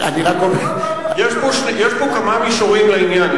יש פה כמה מישורים לעניין.